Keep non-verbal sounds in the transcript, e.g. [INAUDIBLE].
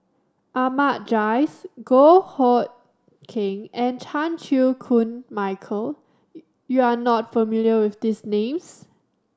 Ahmad Jais Goh Hood Keng and Chan Chew Koon Michael [UNINTELLIGIBLE] you are not familiar with these names